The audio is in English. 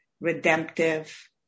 redemptive